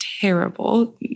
terrible